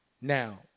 Now